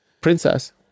Princess